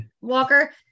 walker